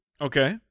Okay